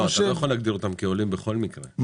אתה לא יכול להגדיר אותם עולים בכל מקרה,